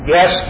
Yes